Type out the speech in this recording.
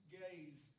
gaze